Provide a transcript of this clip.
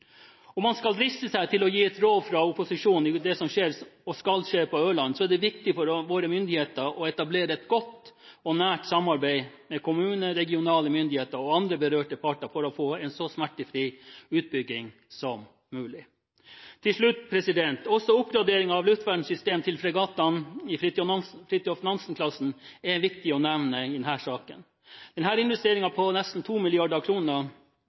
Om man skal driste seg til å gi et råd fra opposisjonen i det som videre skal skje på Ørlandet, er det viktig for våre myndigheter å etablere et godt og nært samarbeid med kommune, regionale myndigheter og andre berørte parter for å få en så smertefri utbygging som mulig. Til slutt: Også oppgraderingen av luftvernsystem til fregattene i Fridtjof Nansen-klassen er viktig å nevne i denne saken. Denne investeringen på nesten